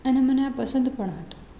અને મને આ પસંદ પણ હતું